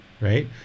right